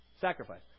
Sacrifice